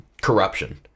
corruption